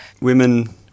Women